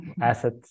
asset